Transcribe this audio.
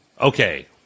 Okay